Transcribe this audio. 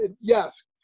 yes